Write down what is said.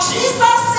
Jesus